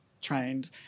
trained